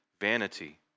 vanity